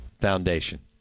Foundation